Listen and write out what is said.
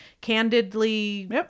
candidly